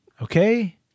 Okay